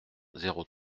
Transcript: zéro